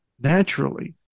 naturally